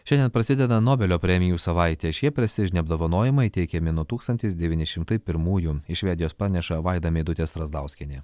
šiandien prasideda nobelio premijų savaitė šie prestižiniai apdovanojimai teikiami nuo tūkstantis devyni šimtai pirmųjų iš švedijos paneša vaida meidutė strazdauskienė